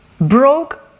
broke